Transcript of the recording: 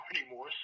anymore